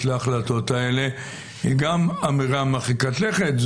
להחלטות האלה היא גם אמירה מרחיקת לכת.